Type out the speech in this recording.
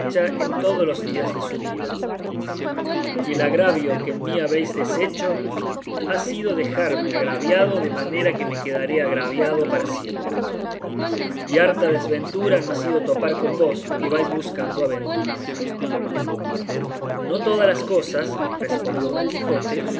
en todos los días de su vida y el agravio que en mí habéis deshecho ha sido dejarme agraviado de manera que me quedaré agraviado para siempre y harta desventura ha sido topar con vos que vais buscando aventuras no todas las cosas respondió don quijote